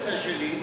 12 שלי,